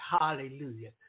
Hallelujah